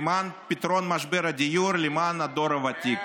למען פתרון משבר הדיור, למען הדור הוותיק.